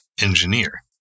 engineer